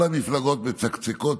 כל המפלגות מצקצקות